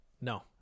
no